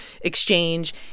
exchange